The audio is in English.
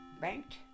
banked